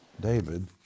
David